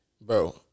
bro